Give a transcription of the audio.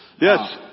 Yes